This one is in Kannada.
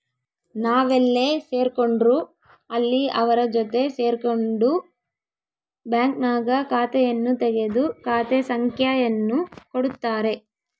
ನಾವೆಲ್ಲೇ ಸೇರ್ಕೊಂಡ್ರು ಅಲ್ಲಿ ಅವರ ಜೊತೆ ಸೇರ್ಕೊಂಡು ಬ್ಯಾಂಕ್ನಾಗ ಖಾತೆಯನ್ನು ತೆಗೆದು ಖಾತೆ ಸಂಖ್ಯೆಯನ್ನು ಕೊಡುತ್ತಾರೆ